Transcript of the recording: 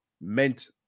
meant